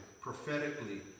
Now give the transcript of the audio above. prophetically